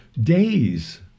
days